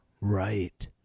Right